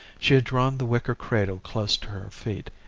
she had drawn the wicker cradle close to her feet.